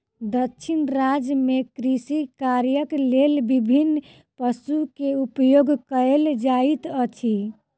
दक्षिण राज्य में कृषि कार्यक लेल विभिन्न पशु के उपयोग कयल जाइत अछि